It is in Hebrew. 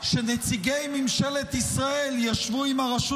שנציגי ממשלת ישראל ישבו עם הרשות